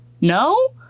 no